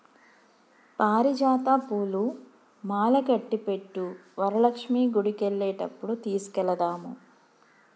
పారిజాత పూలు మాలకట్టి పెట్టు వరలక్ష్మి గుడికెళ్లేటప్పుడు తీసుకెళదాము